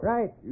Right